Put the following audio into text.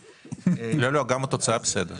לא, לא, גם התוצאה בסדר.